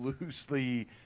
loosely